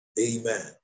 Amen